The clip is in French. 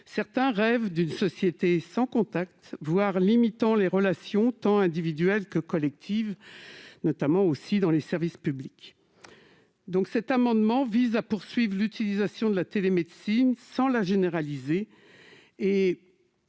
D'aucuns rêvent d'une société sans contact, qui limiterait les relations, tant individuelles que collectives, y compris dans les services publics ... Cet amendement vise à poursuivre l'utilisation de la télémédecine, sans la généraliser.